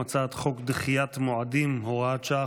הצעת חוק דחיית מועדים (הוראת שעה,